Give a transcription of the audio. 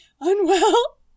Unwell